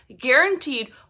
guaranteed